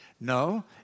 No